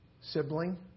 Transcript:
sibling